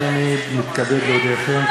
הנני מתכבד להודיעכם,